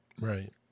right